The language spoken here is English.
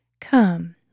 Come